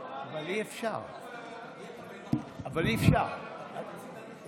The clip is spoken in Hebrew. חבריי חברי הכנסת